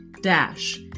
dash